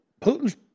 Putin's